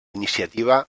iniciativa